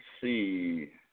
see